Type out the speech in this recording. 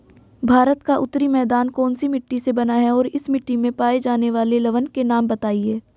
भारत का उत्तरी मैदान कौनसी मिट्टी से बना है और इस मिट्टी में पाए जाने वाले लवण के नाम बताइए?